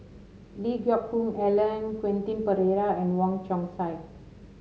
Lee Geck Hoon Ellen Quentin Pereira and Wong Chong Sai